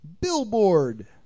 Billboard